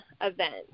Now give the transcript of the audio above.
event